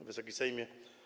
Wysoki Sejmie!